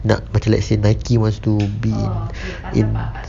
nak macam let's say Nike wants to be in in